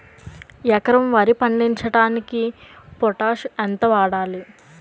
ఎకరం వరి పండించటానికి పొటాష్ ఎంత వాడాలి?